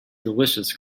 delicious